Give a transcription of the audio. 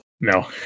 No